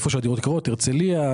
הרצליה,